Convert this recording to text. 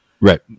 Right